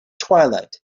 twilight